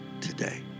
today